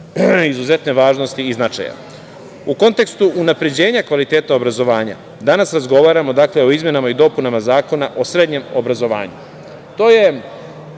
izuzetne važnosti i značaja.U kontekstu unapređenja kvaliteta obrazovanja, danas razgovaramo, dakle, o izmenama i dopunama Zakona o srednjem obrazovanju. Okosnica